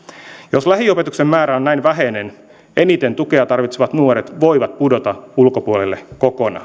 jos lähiopetuksen määrä on näin vähäinen eniten tukea tarvitsevat nuoret voivat pudota ulkopuolelle kokonaan